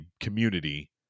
community